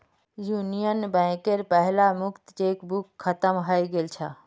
union बैंकेर पहला मुक्त चेकबुक खत्म हइ गेल छ